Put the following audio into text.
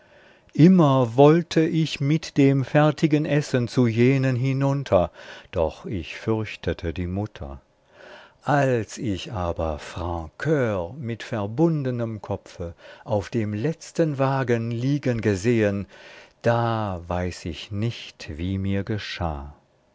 immer wollte ich mit dem fertigen essen zu jenen hinunter doch ich fürchtete die mutter als ich aber francur mit verbundenem kopfe auf dem letzten wagen liegen gesehen da weiß ich nicht wie mir geschah